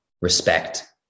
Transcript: respect